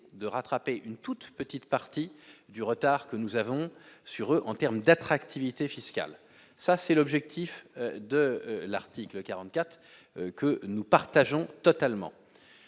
de rattraper une toute petite partie du retard que nous avons sur eux en terme d'attractivité fiscale, ça c'est l'objectif de l'article 44 que nous partageons totalement